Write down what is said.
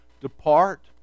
depart